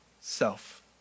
self